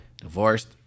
Divorced